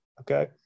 okay